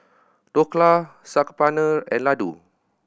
Dhokla Saag Paneer and Ladoo